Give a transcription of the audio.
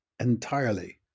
Entirely